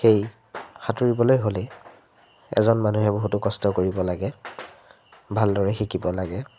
সেয়ে সাঁতুৰিবলৈ হ'লে এজন মানুহে বহুতো কষ্ট কৰিব লাগে ভালদৰে শিকিব লাগে